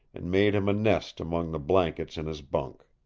and made him a nest among the blankets in his bunk.